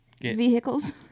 vehicles